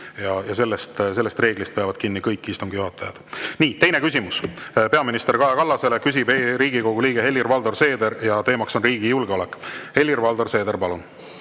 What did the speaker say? Sellest reeglist peavad kinni kõik istungi juhatajad. Teine küsimus on peaminister Kaja Kallasele. Küsib Riigikogu liige Helir-Valdor Seeder ja teemaks on riigi julgeolek. Helir-Valdor Seeder, palun!